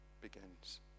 begins